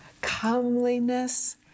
comeliness